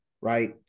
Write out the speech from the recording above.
right